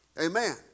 Amen